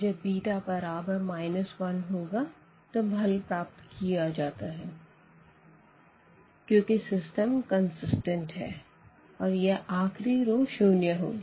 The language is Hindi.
जब β 1होगा तब हल प्राप्त किया जाता है क्योंकि सिस्टम कंसिस्टेंट है और यह आखिरी रो शून्य होगी